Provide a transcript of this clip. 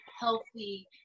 healthy